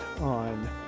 on